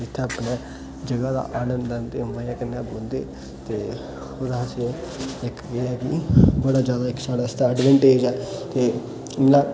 इत्थै अपना जगहा दा आनंद लैंदे ओ मजे कन्नै बुंदे ते ओह्दा असे एक बड़ा ज्यादा एक साढ़े आस्तै ते एडवांटेज मला